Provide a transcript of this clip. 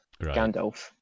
Gandalf